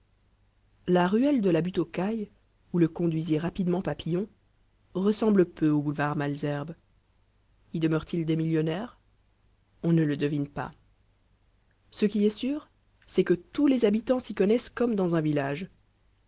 la ruelle de la butte aux cailles où le conduisit rapidement papillon ressemble peu au boulevard malesherbes y demeure-t-il des millionnaires on ne le devine pas ce qui est sûr c'est que tous les habitants s'y connaissent comme dans un village